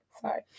sorry